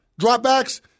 dropbacks